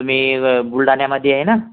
तुम्ही व बुलढाण्यामध्ये आहे ना